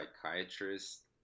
psychiatrist